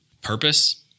purpose